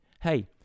Hey